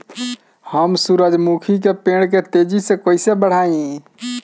हम सुरुजमुखी के पेड़ के तेजी से कईसे बढ़ाई?